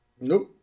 Nope